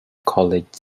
college